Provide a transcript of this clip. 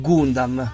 Gundam